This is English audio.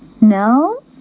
No